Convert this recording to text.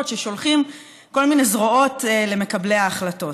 ששולחות כל מיני זרועות למקבלי ההחלטות.